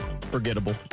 forgettable